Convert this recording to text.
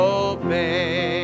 obey